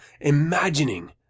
imagining